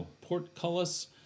portcullis